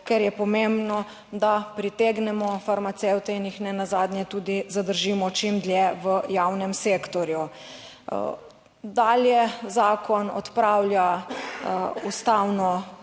ker je pomembno, da pritegnemo farmacevte in jih ne nazadnje tudi zadržimo čim dlje v javnem sektorju. Dalje. Zakon odpravlja ustavno